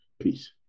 Peace